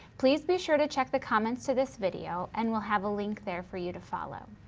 please be sure to check the comments to this video and we'll have a link there for you to follow.